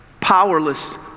powerless